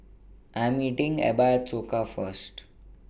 I'm meeting Ebba At Soka First